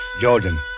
Jordan